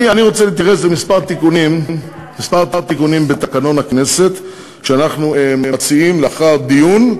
אני רוצה להתייחס לכמה תיקונים בתקנון הכנסת שאנחנו מציעים לאחר דיון,